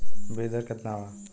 बीज दर केतना वा?